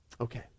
Okay